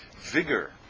vigor